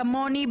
כמוני,